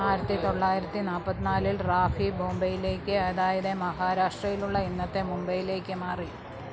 ആയിരത്തി തൊള്ളായിരത്തി നാൽപ്പത്തി നാലിൽ റാഫി ബോംബെയിലേക്ക് അതായത് മഹാരാഷ്ട്രയിലുള്ള ഇന്നത്തെ മുംബൈയിലേക്ക് മാറി